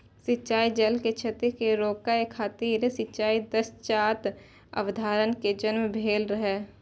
सिंचाइ जल के क्षति कें रोकै खातिर सिंचाइ दक्षताक अवधारणा के जन्म भेल रहै